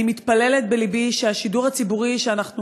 אני מתפללת בלבי שהשידור הציבורי, שאנחנו